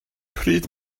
pryd